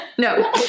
No